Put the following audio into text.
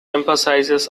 emphasizes